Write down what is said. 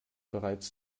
bereits